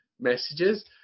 messages